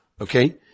Okay